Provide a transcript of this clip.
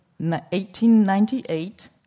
1898